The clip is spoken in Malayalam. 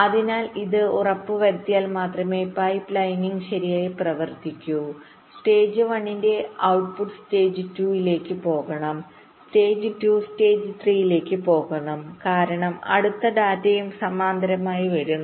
അതിനാൽ ഇത് ഉറപ്പുവരുത്തിയാൽ മാത്രമേ പൈപ്പ് ലൈനിംഗ് ശരിയായി പ്രവർത്തിക്കൂ സ്റ്റേജ് 1 ന്റെ ഔട്ട്പുട്ട് സ്റ്റേജ് 2 ലേക്ക് പോകണം സ്റ്റേജ് 2 സ്റ്റേജ് 3 ലേക്ക് പോകണം കാരണം അടുത്ത ഡാറ്റയും സമാന്തരമായി വരുന്നു